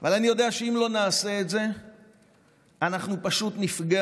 אבל אני יודע שאם לא נעשה את זה אנחנו פשוט נפגע